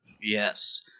yes